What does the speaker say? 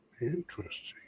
interesting